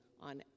on